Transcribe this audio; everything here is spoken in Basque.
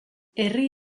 herri